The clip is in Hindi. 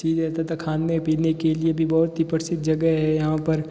चीज़ें तथा खाने पीने के लिए भी बहुत ही प्रसिद्ध जगह है यहाँ पर